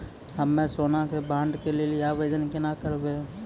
हम्मे सोना के बॉन्ड के लेली आवेदन केना करबै?